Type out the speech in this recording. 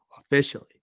officially